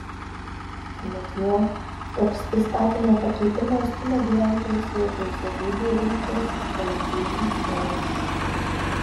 anot jo toks įstatymo pakeitimas stumia gyventojus vietoj sodybų rinktis kolektyvinius sodus